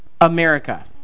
America